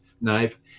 knife